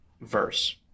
verse